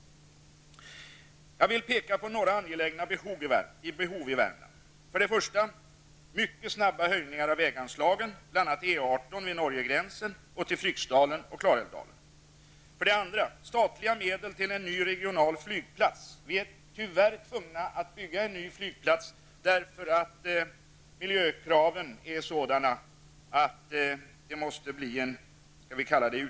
Jag vill peka på några angelägna behov i Värmland: För det första behövs det mycket snabbt en höjning av väganslagen. Bl.a. gäller det E 18 vid norska gränsen och vägen till Fryksdalen och För det andra behövs det statliga medel till en ny regional flygplats. Vi är, tyvärr, tvungna att bygga en ny flygplats. Miljökraven är nämligen sådana att det måste bli en ''utlokalisering''.